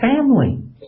family